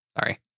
sorry